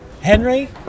Henry